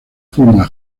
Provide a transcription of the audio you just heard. fuma